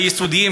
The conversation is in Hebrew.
היסודיים,